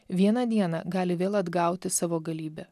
vieną dieną gali vėl atgauti savo galybę